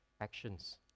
actions